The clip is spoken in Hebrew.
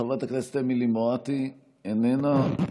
חברת הכנסת אמילי מואטי, איננה.